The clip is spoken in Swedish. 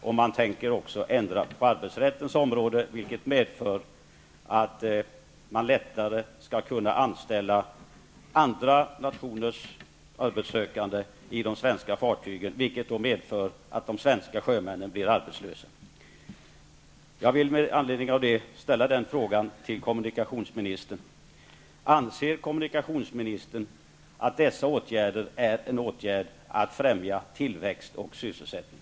Vidare tänker man ändra på arbetsrättens område, vilket medför att det blir lättare att anställa andra nationers arbetssökande på svenska fartyg. Detta medför att de svenska sjömännen blir arbetslösa. Anser kommunikationsministern att nämnda åtgärder främjar tillväxt och sysselsättning?